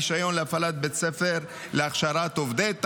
רישיון להפעלת בית ספר להכשרת עובדי טיס,